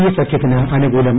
A സഖ്യത്തിന് അനുകൂലം